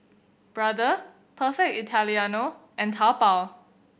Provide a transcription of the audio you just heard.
Brother Perfect Italiano and Taobao